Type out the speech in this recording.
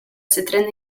cytryny